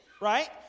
right